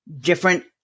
different